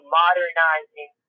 modernizing